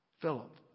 Philip